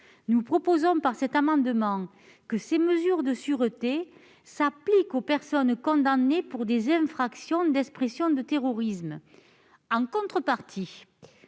Nous proposons que ces mesures de sûreté s'appliquent aux personnes condamnées pour des infractions d'expression de terrorisme. En contrepartie,